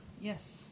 Yes